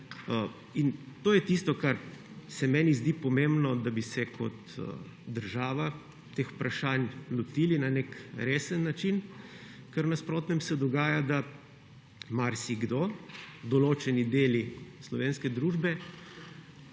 To je tisto, kar se meni zdi pomembno, da bi se kot država teh vprašanj lotili na nek resen način, ker v nasprotnem primeru se dogaja, da marsikdo, določeni deli slovenske družbe,